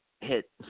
hit